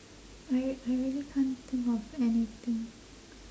I I really can't think of anything